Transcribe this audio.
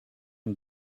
and